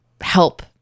help